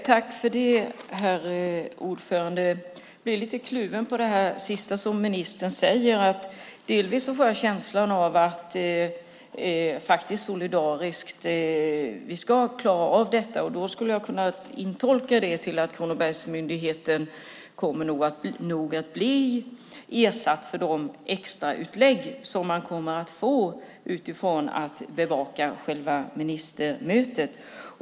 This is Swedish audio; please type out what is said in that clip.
Herr talman! Jag blir lite kluven när det gäller det sista som ministern säger. Jag får en känsla av att vi ska klara av detta solidariskt. Jag skulle kunna tolka det så att myndigheten i Kronoberg nog kommer att bli ersatt för de extrautlägg som man kommer att få för att bevaka själva ministermötet.